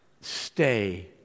Stay